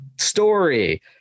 story